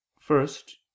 First